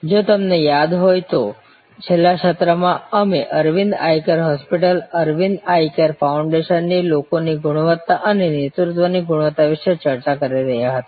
જો તમને યાદ હોય તો છેલ્લા સત્રમાં અમે Aravind Eye Care Hospital Aravind Eye Care ફાઉન્ડેશનની લોકોની ગુણવત્તા અને નેતૃત્વની ગુણવત્તા વિશે ચર્ચા કરી રહ્યા હતા